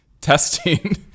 testing